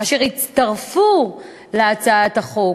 אשר הצטרפו להצעת החוק,